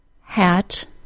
Hat